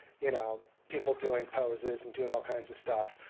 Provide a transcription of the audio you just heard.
you know people doing poses and doing all kinds of stuff,